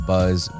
Buzz